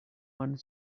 one